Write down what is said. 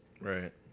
Right